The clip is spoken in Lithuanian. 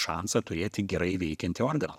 šansą turėti gerai veikiantį organą